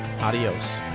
adios